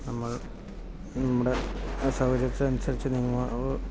നമ്മൾ നമ്മുടെ സൗകര്യത്തിനനുസരിച്ച് നീങ്ങുക